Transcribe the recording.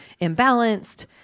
imbalanced